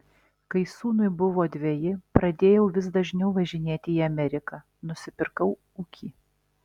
kai sūnui buvo dveji pradėjau vis dažniau važinėti į ameriką nusipirkau ūkį